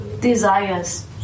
desires